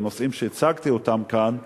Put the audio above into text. ונושאים שהצגתי אותם כאן,